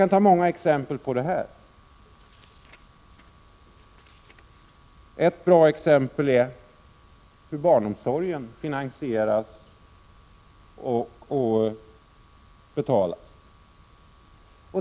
Det finns många exempel på detta. Ett bra exempel är hur barnomsorgen finansieras och betalas.